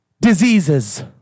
diseases